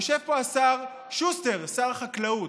יושב פה השר שוסטר, שר החקלאות,